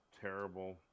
terrible